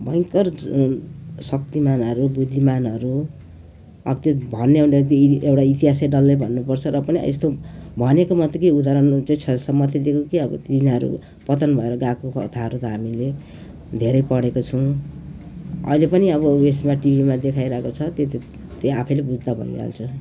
भयङ्कर शक्तिमानहरू बुद्धिमानहरू अब त्यो भन्ने हो भने ती एउटा इतिहासै डल्लै भन्नुपर्छ र पनि यस्तो भनेको मात्रै कि उदाहरणहरू चाहिँ छ जस्तो म त्यत्तिको के अब तिनीहरू पतन भएर गएको कथाहरू त हामीले धेरै पढेको छौँ अहिले पनि अब उयसमा टिभीमा देखाइरहेको छ त्यो त त्यो आफैले बुझ्दा भइहाल्छ